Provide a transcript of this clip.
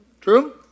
True